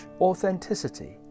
authenticity